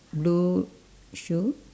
blue shoe